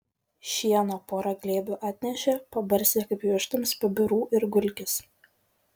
šieno pora glėbių atnešė pabarstė kaip vištoms pabirų ir gulkis